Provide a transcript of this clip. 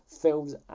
films